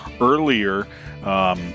earlier